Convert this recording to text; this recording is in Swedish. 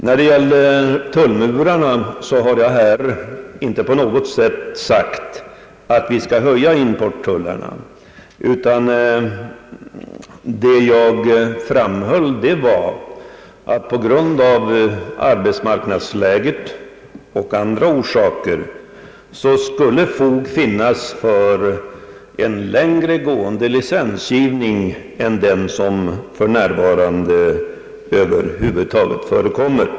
När det gäller tullmurarna har jag alls inte sagt att vi skall höja importtullarna, utan jag framhöll att på grund av arbetsmarknadsläget och andra orsaker skulle det finnas fog för en längre gående licensgivning än den som för närvarande över huvud taget förekommer.